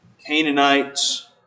Canaanites